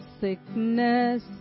sickness